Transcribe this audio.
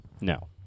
No